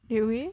did we